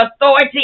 authority